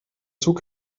zug